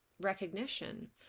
recognition